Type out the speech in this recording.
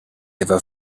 ever